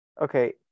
okay